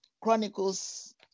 Chronicles